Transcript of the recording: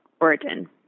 origin